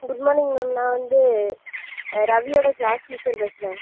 good morning ma'am நான் வந்து ஆ ரவியோடய க்ளாஸ் டீச்சர் பேசுகிறேன்